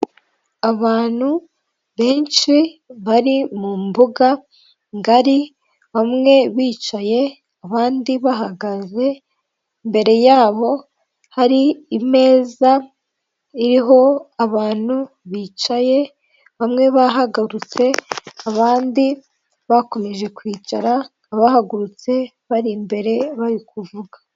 Abantu benshi bari mu mbuga ngari bamwe bicaye abandi bahagaze, imbere yabo hari imeza iriho abantu bicaye, bamwe bahagurutse abandi bakomeje kwicara abahagurutse bari imbere bari kuvuga.